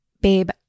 babe